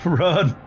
run